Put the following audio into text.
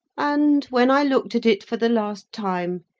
and, when i looked at it for the last time,